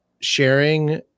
sharing